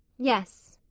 yes,